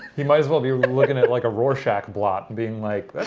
he might as well be looking at like a rorschach blot, being like,